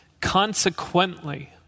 Consequently